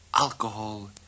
alcohol